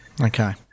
Okay